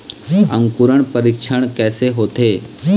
अंकुरण परीक्षण कैसे होथे?